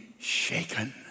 shaken